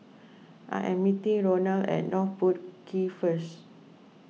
I am meeting Ronal at North Boat Quay first